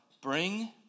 bring